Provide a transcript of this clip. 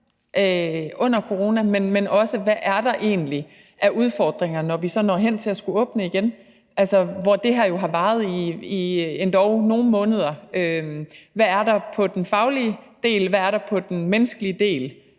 under coronaen, men også hvad der egentlig er af udfordringer, når vi så når hen til at skulle åbne igen, altså se på nu, hvor det her jo har varet i endog nogle måneder, hvad der er på den faglige del, hvad der er på den menneskelige del,